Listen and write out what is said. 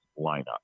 lineup